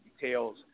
details